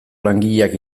langileak